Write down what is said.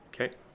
Okay